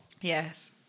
Yes